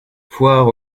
foire